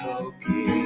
okay